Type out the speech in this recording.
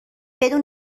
بدون